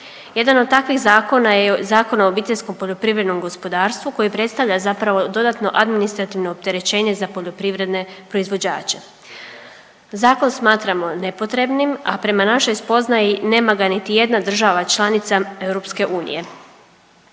Jedan od takvih zakona je i zakon o OPG-u koji predstavlja zapravo dodatno administrativno opterećenje za poljoprivredne proizvođače. Zakon smatramo nepotrebnim, a prema našoj spoznaji nema ga niti jedna država članica EU. Njime